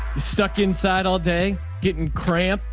stuck inside all day, getting cramped,